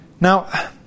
Now